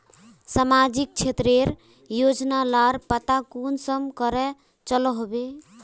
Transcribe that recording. सामाजिक क्षेत्र रेर योजना लार पता कुंसम करे चलो होबे?